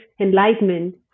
enlightenment